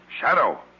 Shadow